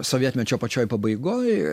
sovietmečio pačioj pabaigoj